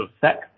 sex